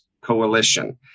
Coalition